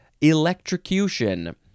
electrocution